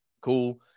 cool